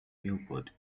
billboard